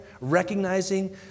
recognizing